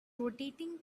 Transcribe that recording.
rotating